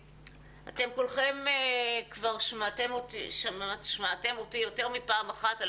כולכם כבר שמעתם אותי יותר מפעם אחת מדברת